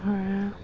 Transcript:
ধৰা